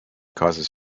causes